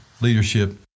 leadership